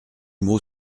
mot